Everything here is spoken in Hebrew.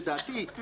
לדעתי,